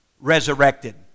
resurrected